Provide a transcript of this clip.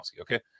okay